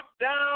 down